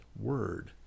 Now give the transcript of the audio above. word